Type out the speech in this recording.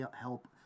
help